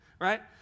right